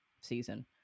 season